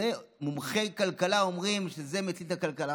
מומחי כלכלה אומרים שזה מציל את הכלכלה.